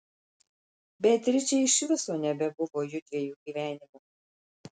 beatričei iš viso nebebuvo jųdviejų gyvenimo